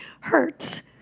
hurts